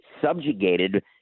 subjugated